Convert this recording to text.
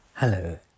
Hello